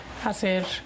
hacer